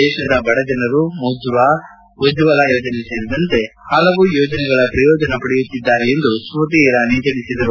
ದೇಶದ ಬಡಜನರು ಮುದ್ರಾ ಉಜ್ವಲ ಯೋಜನೆ ಸೇರಿದಂತೆ ಹಲವು ಯೋಜನೆಗಳ ಪ್ರಯೋಜನ ಪಡೆಯುತ್ತಿದ್ದಾರೆ ಎಂದು ಸ್ಕ್ಲತಿ ಇರಾನಿ ತಿಳಿಸಿದರು